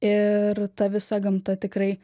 ir ta visa gamta tikrai